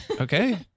Okay